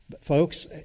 Folks